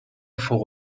فوق